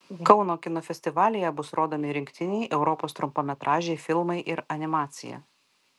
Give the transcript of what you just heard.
kauno kino festivalyje bus rodomi rinktiniai europos trumpametražiai filmai ir animacija